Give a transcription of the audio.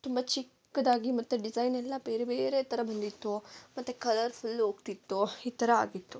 ತುಂಬ ಚಿಕ್ಕದಾಗಿ ಮತ್ತೆ ಡಿಸೈನೆಲ್ಲ ಬೇರೆ ಬೇರೇ ಥರ ಬಂದಿತ್ತು ಮತ್ತು ಕಲರ್ ಫುಲ್ ಹೋಗ್ತಿತ್ತು ಈ ಥರ ಆಗಿತ್ತು